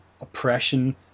oppression